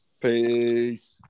Peace